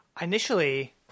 Initially